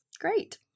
Great